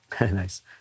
nice